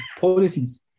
policies